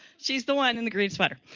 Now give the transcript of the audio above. she's the one in the green sweater.